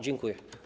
Dziękuję.